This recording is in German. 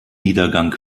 niedergang